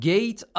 Gate